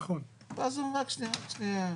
ואז אומרים רק שנייה,